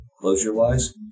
closure-wise